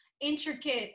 intricate